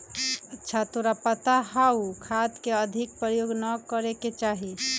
अच्छा तोरा पता हाउ खाद के अधिक प्रयोग ना करे के चाहि?